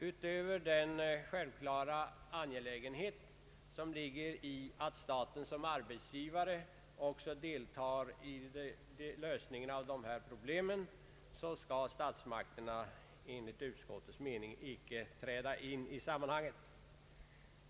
Utöver att staten som arbetsgivare självfallet också deltar i lösningen av dessa problem skall statsmakterna enligt utskottets mening icke träda in i sammanhanget.